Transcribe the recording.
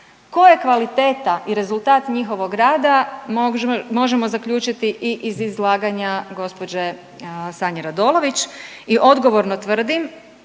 je kvaliteta i rezultat njihovog rada možemo zaključiti i iz izlaganje gđe. Sanje Radolović i odgovorno tvrdim,